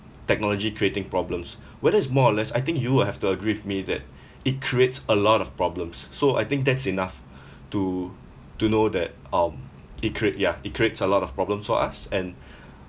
technology creating problems whether it's more or less I think you will have to agree with me that it creates a lot of problems s~ so I think that's enough to to know that um it create ya it creates a lot of problems for us and